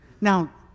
Now